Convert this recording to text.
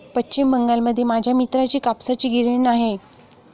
पश्चिम बंगालमध्ये माझ्या मित्राची कापसाची गिरणी आहे